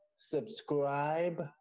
subscribe